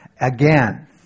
Again